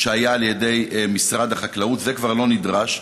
שניתן על ידי משרד החקלאות, וכבר לא נדרש.